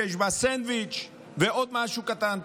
שקית שיש בה סנדוויץ' ועוד משהו קטן,